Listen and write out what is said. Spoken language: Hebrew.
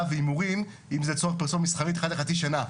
והימורים אם זה לצורך פרסום מסחרי אחת לחצי שנה.